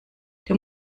der